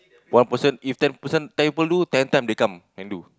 one person if ten person people do ten time they come and do